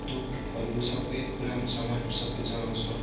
धुपहरू सबै पुरानु सामानहरू सबै जलाउँछौँ